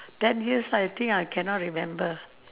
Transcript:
ten years I think I cannot remember